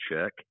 check